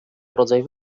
rodzaj